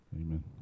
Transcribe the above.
Amen